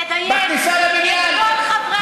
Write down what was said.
תדייק, כל חברי הכנסת.